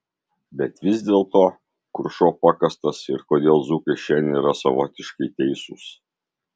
bet vis dėlto kur šuo pakastas ir kodėl dzūkai šiandien yra savotiškai teisūs